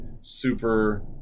super